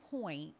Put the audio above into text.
point